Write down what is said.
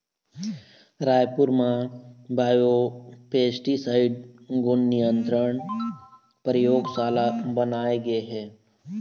रायपुर म बायोपेस्टिसाइड गुन नियंत्रन परयोगसाला बनाए गे हे